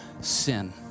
sin